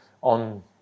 on